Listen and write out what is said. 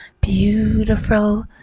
beautiful